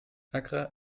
accra